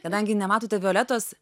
kadangi nematote violetos